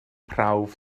prawf